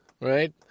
right